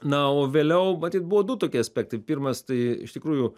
na o vėliau matyt buvo du tokie aspektai pirmas tai iš tikrųjų